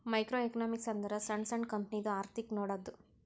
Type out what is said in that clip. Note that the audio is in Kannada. ಮೈಕ್ರೋ ಎಕನಾಮಿಕ್ಸ್ ಅಂದುರ್ ಸಣ್ಣು ಸಣ್ಣು ಕಂಪನಿದು ಅರ್ಥಿಕ್ ನೋಡದ್ದು